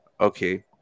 Okay